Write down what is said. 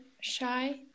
shy